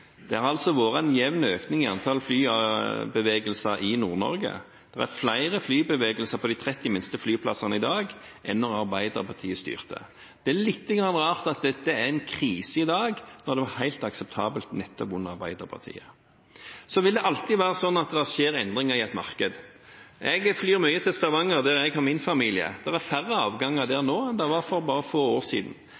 Det har vært en jevn økning i antall flybevegelser i Nord-Norge. Det er flere flybevegelser på de 30 minste flyplassene i dag enn da Arbeiderpartiet styrte. Det er lite grann rart at dette er en krise i dag, når det var helt akseptabelt nettopp under Arbeiderpartiet. Det vil alltid være sånn at det skjer endringer i et marked. Jeg flyr mye til Stavanger, der jeg har min familie. Det er færre avganger der